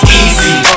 easy